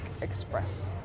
express